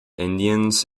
indians